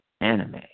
anime